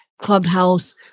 Clubhouse